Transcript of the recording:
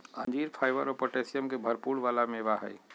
अंजीर फाइबर और पोटैशियम के भरपुर वाला मेवा हई